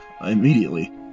immediately